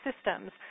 systems